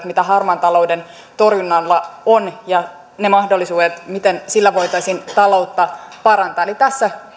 mitä harmaan talouden torjunnalla on ja ne mahdollisuudet miten sillä voitaisiin taloutta parantaa eli tässä